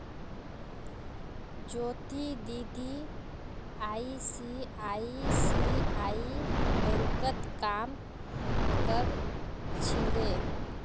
ज्योति दीदी आई.सी.आई.सी.आई बैंकत काम कर छिले